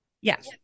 Yes